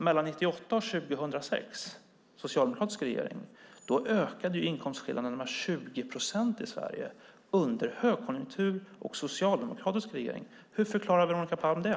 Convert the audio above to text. Mellan 1998 och 2006 ökade inkomstskillnaderna med 20 procent i Sverige - under högkonjunktur och socialdemokratisk regering. Hur förklarar Veronica Palm det?